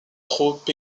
trop